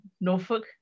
Norfolk